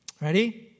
Ready